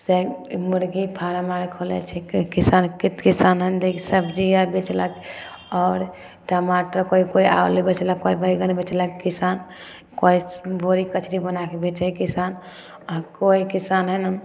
से मुरगी फारम आर खोलै छै किसान कतेक किसान सब सब्जी आर बेचलक आओर टमाटर कोइ कोइ आलू बेचलक कोइ बैगन बेचलक किसान कोइ मुढ़ी कचरी बनाके बेचै हइ किसान आओर कोइ किसान हइ ने